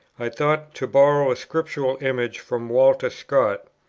i thought, to borrow a scriptural image from walter scott,